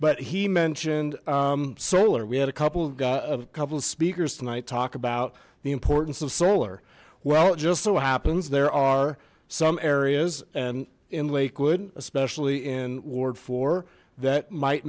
but he mentioned solar we had a couple of got a couple of speakers tonight talked about the importance of solar well it just so happens there are some areas and in lakewood especially in ward four that might